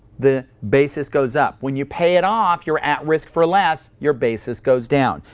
the basis goes up. when you pay it off, you're at risk for less. your basis goes down.